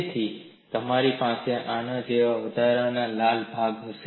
તેથિ મારી પાસે આના જેવો વધારાનો લાલ ભાગ હશે